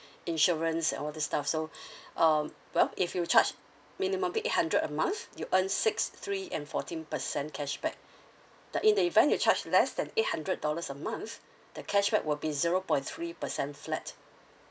insurance and all this stuff so um well if you charge minimum eight hundred a month you earn six three and fourteen percent cashback the in the event you charge less than eight hundred dollars a month the cashback will be zero point three percent flat